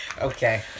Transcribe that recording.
Okay